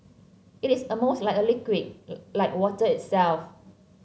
it is almost like a liquid like water itself